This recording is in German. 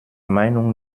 meinung